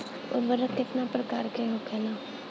उर्वरक कितना प्रकार के होखेला?